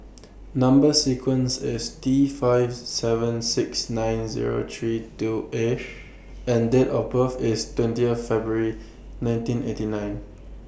Number sequence IS T five seven six nine Zero three two A and Date of birth IS twentieth February nineteen eighty nine